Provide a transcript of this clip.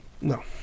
No